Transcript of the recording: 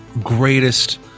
greatest